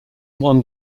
one